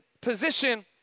position